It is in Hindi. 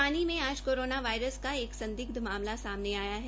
भिवानी में आज कोरोना वायरस का एक संदिग्ध मामला सामने आया है